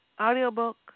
audiobook